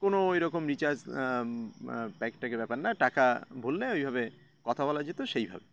কোনো ওই রকম রিচার্জ প্যাক ট্যাকের ব্যাপার না টাকা ভরলে ওইভাবে কথা বলা যেত সেইভাবে